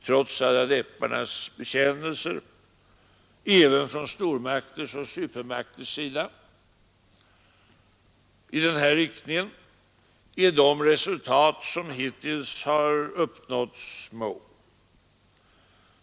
Trots alla läpparnas bekännelser även från stormakters och supermakters sida i denna riktning är de resultat som hittills har uppnåtts små.